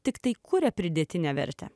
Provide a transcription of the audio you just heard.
tiktai kuria pridėtinę vertę